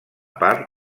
part